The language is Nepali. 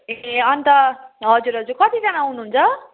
ए अन्त हजुर हजुर कतिजना आउनुहुन्छ